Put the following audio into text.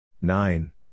nine